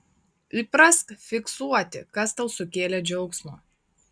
įprask fiksuoti kas tau sukėlė džiaugsmo